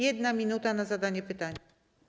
1 minuta na zadanie pytania.